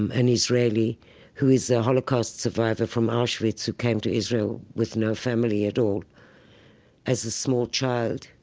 um an israeli who is a holocaust survivor from auschwitz who came to israel with no family at all as a small child,